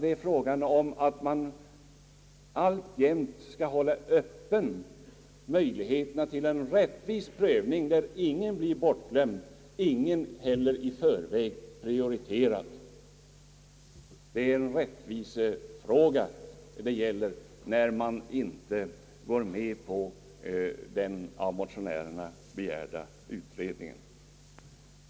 Det är fråga om att alltjämt hålla möjligheterna öppna för en rättvis prövning där ingen blir bortglömd och ingen heller i förväg prioriterad. Det är en rättvisefråga som det gäller när vi inte vill gå med på den av motionärerna begärda utredningen.